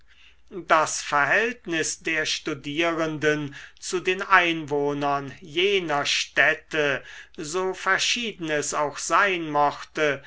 das verhältnis der studierenden zu den einwohnern jener städte so verschieden es auch sein mochte